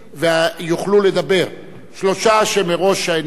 יוכלו לדבר שלושה שמראש נקבעו,